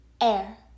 air